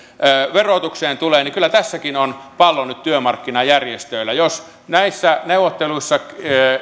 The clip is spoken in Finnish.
verotukseen tulee niin kyllä tässäkin on pallo nyt työmarkkinajärjestöillä jos näissä neuvotteluissa